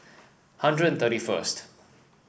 hundred and thirty first